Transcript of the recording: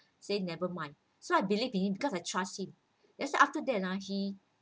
say never mind so I believe in him because I trusted him then after that he